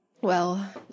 Well